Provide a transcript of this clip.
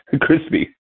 crispy